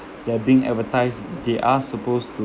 that are being advertised they are supposed to